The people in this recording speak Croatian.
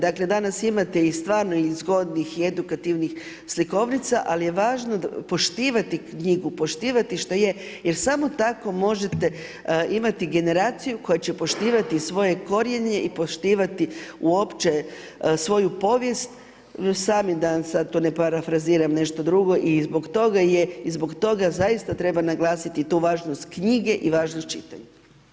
Danas imate stvarno i zgodnih i edukativnih slikovnica, ali je važno poštivati knjigu, poštivati što je, jer samo tako možete imati generaciju, koja će poštivati svoje korijenje i poštivati uopće svoju povijest, sami da tu ne parafraziram nešto drugo i zbog toga je, i zbog toga zaista treba naglasiti tu važnost knjige i važnost čitanja.